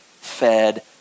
fed